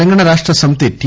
Telangana Rashtra Samithi T